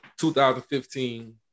2015